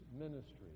ministry